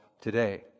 today